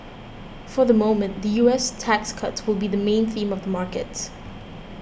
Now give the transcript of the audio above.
for the moment the U S tax cuts will be the main theme of the markets